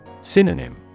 Synonym